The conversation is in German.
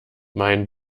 mein